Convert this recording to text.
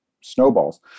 snowballs